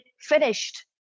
finished